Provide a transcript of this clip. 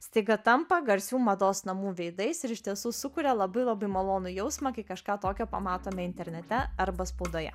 staiga tampa garsių mados namų veidais ir iš tiesų sukuria labai labai malonų jausmą kai kažką tokio pamatome internete arba spaudoje